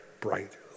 bright